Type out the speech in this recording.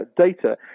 data